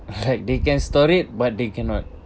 like they can store it but they cannot